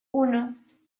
uno